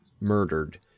murdered